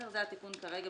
זה התיקון כרגע,